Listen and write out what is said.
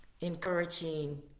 encouraging